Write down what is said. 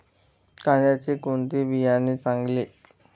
कांद्याचे कोणते बियाणे चांगले?